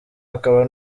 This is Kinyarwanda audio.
akaba